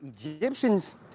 egyptians